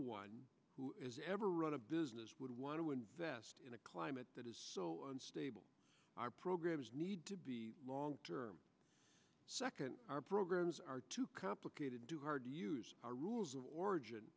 one ever run a business would want to invest in a climate that is so unstable our programs need to be long term second our programs are too complicated too hard to use our rules of origin